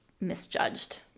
misjudged